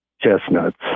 chestnuts